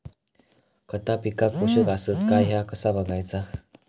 खता पिकाक पोषक आसत काय ह्या कसा बगायचा?